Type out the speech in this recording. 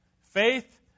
faith